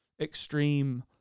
extreme